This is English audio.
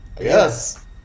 Yes